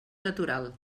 natural